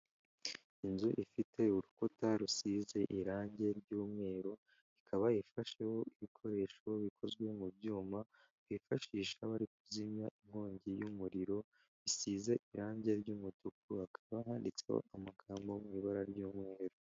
Inzu ifite urukuta rusize irangi ry'umweru, ikaba ifasheho ibikoresho bikozwe mu byuma, bifashisha bari kuzimya inkongi y'umuriro bisize irangi ry'umutuku, hakaba handitseho amagambo mu ibara ry'umweru.